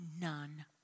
none